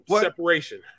separation